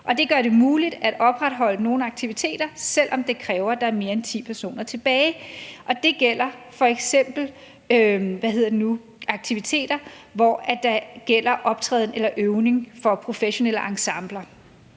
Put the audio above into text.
det gør det muligt at opretholde nogle aktiviteter, selv om det kræver, at der er mere end ti personer tilbage. Det gælder f.eks. aktiviteter, hvor der er optræden eller øvning for professionelle ensembler.